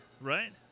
right